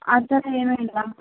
ಆ ಥರ ಏನು ಇಲ್ಲ